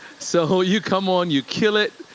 so you come on, you kill it,